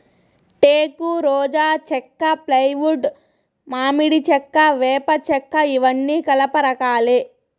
టేకు, రోజా చెక్క, ఫ్లైవుడ్, మామిడి చెక్క, వేప చెక్కఇవన్నీ కలప రకాలే